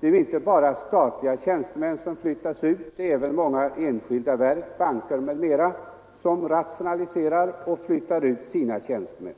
Det är inte bara statliga tjänstemän som flyttas ut, utan även många enskilda verk, banker m.fl. rationaliserar och flyttar sina tjänstemän.